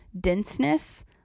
denseness